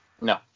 No